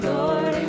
Lord